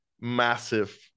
massive